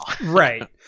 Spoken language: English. Right